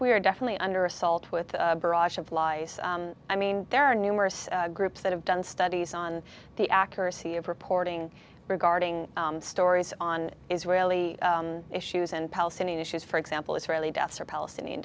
we are definitely under assault with a barrage of lies i mean there are numerous groups that have done studies on the accuracy of reporting regarding stories on israeli issues and palestinian issues for example israeli deaths or palestinian